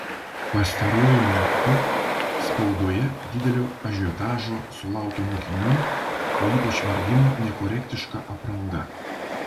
pastaruoju metu spaudoje didelio ažiotažo sulaukia mokinių o ypač merginų nekorektiška apranga